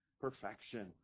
perfection